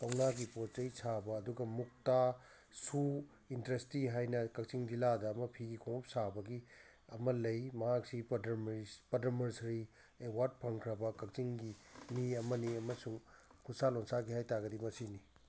ꯀꯧꯅꯥꯒꯤ ꯄꯣꯠ ꯆꯩ ꯁꯥꯕ ꯑꯗꯨꯒ ꯃꯨꯛꯇꯥ ꯁꯨ ꯏꯟꯗꯁꯇ꯭ꯔꯤ ꯍꯥꯏꯅ ꯀꯛꯆꯤꯡ ꯖꯤꯂꯥꯗ ꯑꯃ ꯐꯤ ꯈꯣꯡꯎꯞ ꯁꯥꯕꯒꯤ ꯑꯃ ꯂꯩ ꯃꯍꯥꯛꯁꯤ ꯄꯠꯗꯃꯁꯤꯔꯤ ꯑꯦꯋꯥꯔꯠ ꯐꯪꯈ꯭ꯔꯕ ꯀꯛꯆꯤꯡꯒꯤ ꯃꯤ ꯑꯃꯅꯤ ꯑꯃꯁꯨꯡ ꯈꯨꯠꯁꯥ ꯂꯣꯟꯁꯥꯒꯤ ꯍꯥꯏꯇꯥꯔꯒꯗꯤ ꯃꯁꯤꯅꯤ